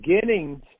beginnings